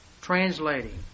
translating